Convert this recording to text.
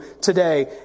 today